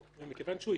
באינטרנט.